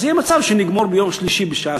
ואז יהיה מצב שנגמור ביום שלישי בשעה